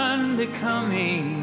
Unbecoming